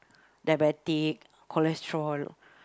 diabetic cholesterol